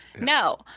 no